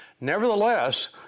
Nevertheless